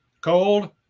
cold